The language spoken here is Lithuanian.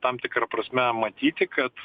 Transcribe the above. tam tikra prasme matyti kad